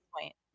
point